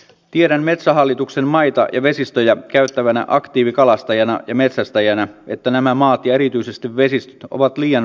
tiedän metsähallituksen maita ja vesistöjä käyttävänä aktiivikalastajana ja metsästäjänä että nämä maat ja erityisesti vesistöt ovat liian vähällä käytöllä